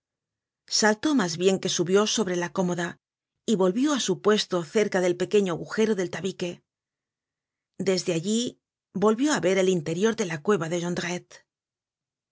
saltó mas bien que subió sobre la cómoda y volvió á su puesto cerca del pequeño agujero del tabique desde allí volvió á ver el interior de la cueva de